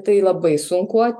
tai labai sunku